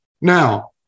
Now